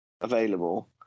available